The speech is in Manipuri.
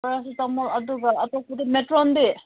ꯄꯦꯔꯥꯁꯤꯇꯃꯣꯜ ꯑꯗꯨꯒ ꯑꯇꯣꯞꯄꯗꯤ ꯃꯦꯇ꯭ꯔꯣꯟꯗꯤ